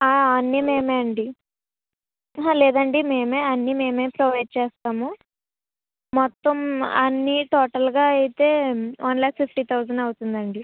ఆ అన్ని మేమే అండి ఆహ లేదండి మేమే అన్ని మేమే మేమే ప్రొవైడ్ చేస్తాము మొత్తం అన్ని టోటల్గా అయితే వన్ ల్యాక్ ఫిఫ్టీ థౌసండ్ అవుతుంది అండి